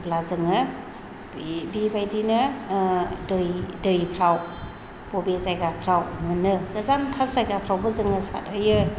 अब्ला जोङो बेबायदिनो दै दैफोराव बबे जायगाफ्राव मोनो मोजांथार जायगाफ्रावबो जोङो सारहैयो